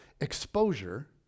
exposure